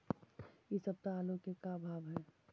इ सप्ताह आलू के का भाव है?